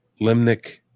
limnic